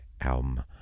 album